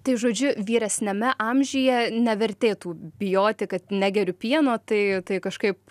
tai žodžiu vyresniame amžiuje nevertėtų bijoti kad negeriu pieno tai tai kažkaip